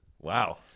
Wow